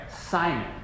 Simon